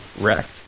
wrecked